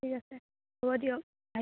ঠিক আছে হ'ব দিয়ক আ